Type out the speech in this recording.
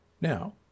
now